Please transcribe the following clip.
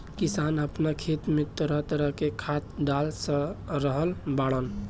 किसान आपना खेत में तरह तरह के खाद डाल रहल बाड़न